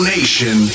Nation